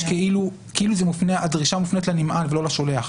כאילו הדרישה מופנית לנמען ולא לשולח,